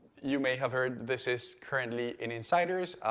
you may have heard this is currently insiders.